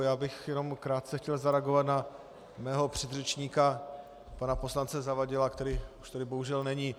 Já bych jenom krátce chtěl zareagovat na svého předřečníka pana poslance Zavadila, který už tady bohužel není.